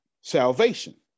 salvation